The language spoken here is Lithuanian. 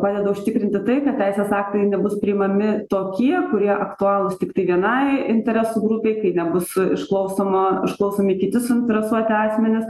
padeda užtikrinti tai kad teisės aktai nebus priimami tokie kurie aktualūs tiktai vienai interesų grupei kai nebus išklausoma išklausomi kiti suinteresuoti asmenys